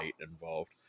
involved